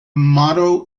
motto